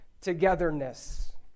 togetherness